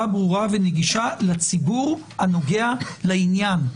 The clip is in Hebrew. ברורה ונגישה לציבור הנוגע לעניין".